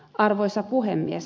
arvoisa puhemies